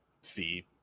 see